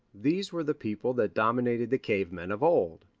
these were the people that dominated the cave-men of old.